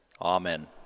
Amen